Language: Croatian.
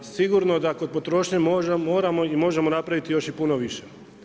Sigurno da kod potrošnje možemo i moramo napraviti još i puno više.